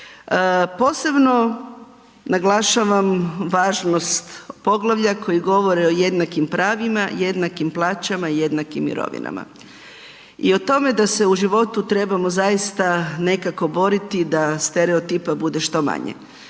Posebno naglašavam važnost poglavlja koji govori o jednakim pravima, jednakim plaćama i jednakim mirovinama i o tome da se u životu trebamo zaista nekako boriti da stereotipa bude što manje.